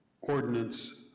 ordinance